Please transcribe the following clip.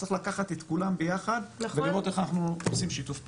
צריך לקחת את כולם ביחד ולראות איך אנחנו עושים שיתוף פעולה.